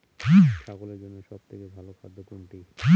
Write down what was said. ছাগলের জন্য সব থেকে ভালো খাদ্য কোনটি?